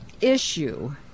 issue